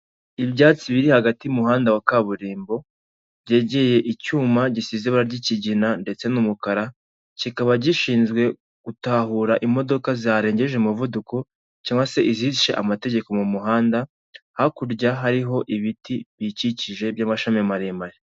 Ibyatsi biri hagati y'umuhanda wa kaburimbo, byegeye icyuma gisize iba ry'ikigina ndetse n'umukara, kikaba gishinzwe gutahura imodoka zirengeje umuvuduko cyangwa se izishe amategeko mu muhanda, hakurya hariho ibiti biyikije by'amashami maremare.